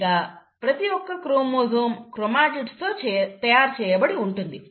ఇంకా ప్రతి ఒక్క క్రోమోజోమ్ క్రోమాటిడ్స్ తో తయారు చేయబడి ఉంటుంది